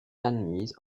admise